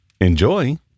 Enjoy